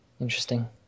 Interesting